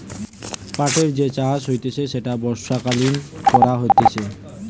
পাটের যে চাষ হতিছে সেটা বর্ষাকালীন করা হতিছে